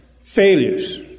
failures